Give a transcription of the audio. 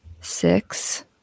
six